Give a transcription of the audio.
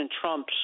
Trump's